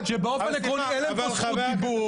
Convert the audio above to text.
כאן שבאופן עקרוני אין להם פה זכות הדיבור,